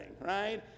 right